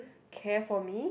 care for me